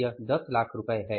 यह 10 लाख रुपए है